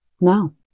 No